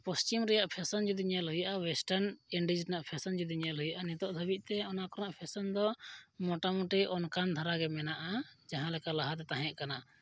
ᱯᱚᱥᱪᱤᱢ ᱨᱮᱭᱟᱜ ᱯᱷᱮᱥᱮᱱ ᱡᱩᱫᱤ ᱧᱮᱞ ᱦᱩᱭᱩᱜᱼᱟ ᱳᱭᱮᱥᱴᱟᱨᱱ ᱤᱱᱰᱤᱡᱽ ᱨᱮᱭᱟᱜ ᱯᱷᱮᱥᱮᱱ ᱡᱩᱫᱤ ᱧᱮᱞ ᱦᱩᱭᱩᱜᱼᱟ ᱱᱤᱛᱳᱜ ᱫᱷᱟᱹᱵᱤᱡᱼᱛᱮ ᱚᱱᱟ ᱠᱚᱨᱮᱱᱟᱜ ᱯᱷᱮᱥᱮᱱ ᱫᱚ ᱢᱳᱴᱟᱢᱩᱴᱤ ᱚᱱᱠᱟᱱ ᱫᱷᱟᱨᱟᱜᱮ ᱢᱮᱱᱟᱜᱼᱟ ᱡᱟᱦᱟᱸ ᱞᱮᱠᱟ ᱞᱟᱦᱟᱛᱮ ᱛᱟᱦᱮᱸ ᱠᱟᱱᱟ